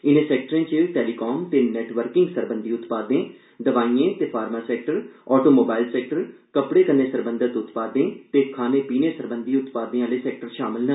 in sector च telecom ते networking सरबंधी उत्पादें दवाईएं ते फार्मा सैक्टर आटोमोबाईल सैक्टर कपड़े सरबंधी उत्पादें ते खाने पीने सरबंधी उत्पादे आहले सैक्टर षामल न